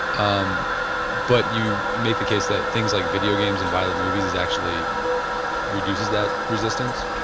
um but you you make the case that things like video games and violent movies has actually reduces that resistance?